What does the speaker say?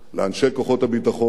לאנשי כוחות הביטחון,